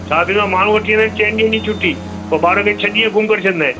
छा थींदो आहे माण्हू वठी वेंदा आहिनि चइनि ॾींहनि जी छुटी पोइ ॿार खे छह ॾींहं गुमु करे छॾींदा आहिनि